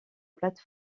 plate